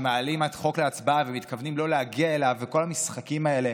שמעלים חוק להצבעה ומתכוונים לא להגיע אליו וכל המשחקים האלה.